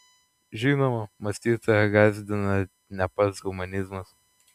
žinoma mąstytoją gąsdina ne pats humanizmas